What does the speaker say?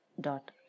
dot